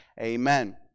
Amen